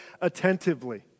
attentively